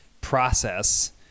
process